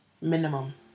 Minimum